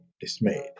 dismayed